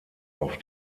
auf